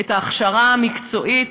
ההכשרה המקצועית,